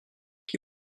qui